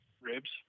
ribs